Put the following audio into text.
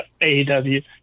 AEW